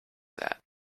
that